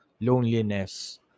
loneliness